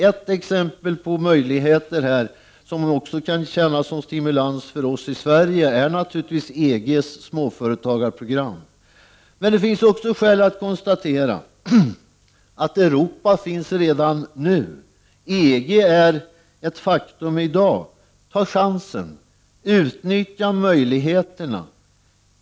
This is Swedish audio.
Ett exempel på möjligheter som också kan tjäna som stimulans för oss i Sverige är naturligtvis EG:s småföretagarprogram. Men det finns också skäl att konstatera att Europa finns redan nu. EG är ett faktum i dag! Tag chansen! Utnyttja möjligheterna!